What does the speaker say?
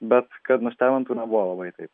bet kad nustebintų nebuvo labai taip